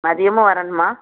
மதியமும் வரணுமா